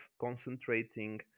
concentrating